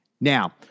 Now